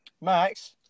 Max